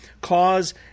cause